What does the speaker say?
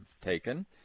taken